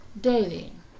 dating